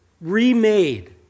remade